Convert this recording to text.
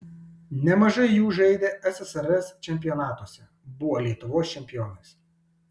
nemažai jų žaidė ssrs čempionatuose buvo lietuvos čempionais